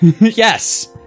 Yes